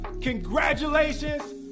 congratulations